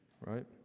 right